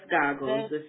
goggles